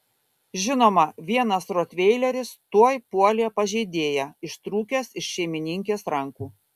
žinoma vienas rotveileris tuoj puolė pažeidėją ištrūkęs iš šeimininkės rankų